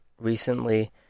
recently